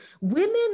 Women